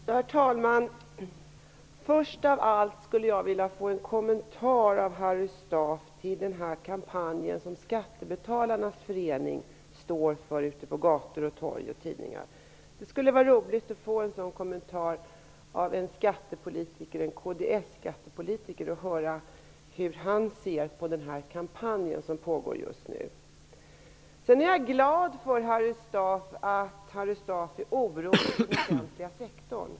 Herr talman! Först av allt skulle jag vilja ha en kommentar av Harry Staaf till Skattebetalarnas förenings kampanj ute på gator och torg samt i tidningar. Det skulle vara roligt att få en sådan kommentar av en kds-skattepolitiker för att höra hur han ser på den kampanj som pågår just nu. Jag är glad över att Harry Staaf är orolig för den offentliga sektorn.